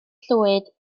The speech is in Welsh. llwyd